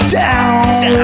down